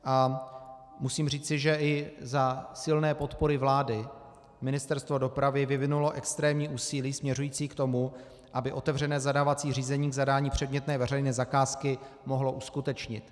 A musím říci, že i za silné podpory vlády Ministerstvo dopravy vyvinulo extrémní úsilí směřující k tomu, aby otevřené zadávací řízení k zadání předmětné veřejné zakázky mohlo uskutečnit.